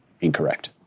incorrect